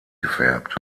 gefärbt